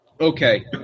Okay